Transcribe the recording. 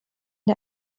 der